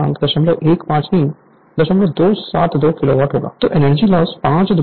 Refer Slide Time 3421 तो interval 4 को देखते हैं जिसमें 4 घंटे में नो कॉपर लॉस 0 होगा जिसके कारण एनर्जी लॉस 0 है